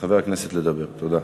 לחבר הכנסת לדבר, תודה.